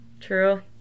True